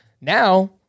now